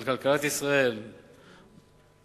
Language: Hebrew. על כלכלת ישראל מתונות,